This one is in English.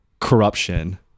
corruption